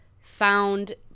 found